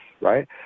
right